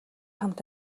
хамт